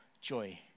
joy